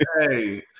Hey